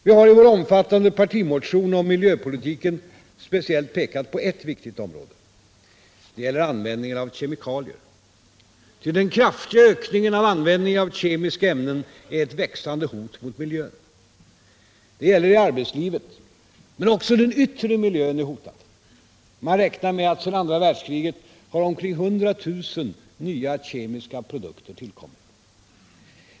Vi har i vår omfattande partimotion om miljöpolitiken speciellt pekat på ert viktigt område. Det gäller användningen av kemikalier. Ty den kraftiga ökningen av användningen av kemiska ämnen är ett växande hot mot miljön. Det gäller i arbetslivet, men också den yttre miljön är hotad. Man räknar med att sedan andra världskriget har omkring 100 000 nya kemiska produkter tillkommit.